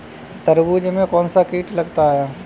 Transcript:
तरबूज में कौनसा कीट लगता है?